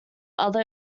other